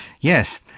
Yes